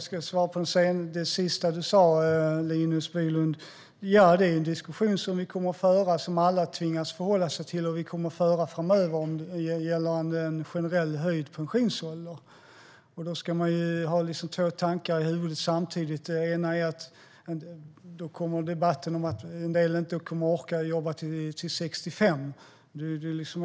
Herr talman! När det gäller det sista du sa, Linus Bylund, är det en diskussion som vi kommer att föra och som alla tvingas förhålla sig till vad gäller en generellt höjd pensionsålder. Då ska vi ha två tankar i huvudet samtidigt. En debatt kommer att handla om att en del inte kommer att orka jobba till 65.